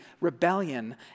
rebellion